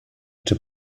czy